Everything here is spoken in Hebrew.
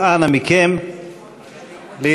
אז אנא מכם, להירגע.